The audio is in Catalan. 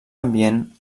ambient